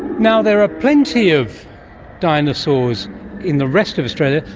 now, there are plenty of dinosaurs in the rest of australia,